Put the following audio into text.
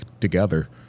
together